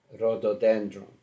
rhododendron